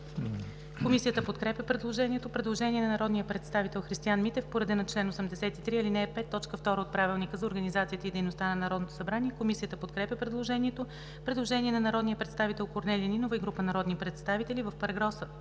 Комисията подкрепя предложението. Предложение на народния представител Христиан Митев по реда на чл. 83, ал. 5, т. 2 от Правилника за организацията и дейността на Народното събрание. Комисията подкрепя предложението. Предложение на народния представител Корнелия Нинова и група народни представители: „В § 8 се